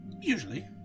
Usually